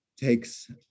takes